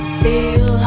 feel